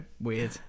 weird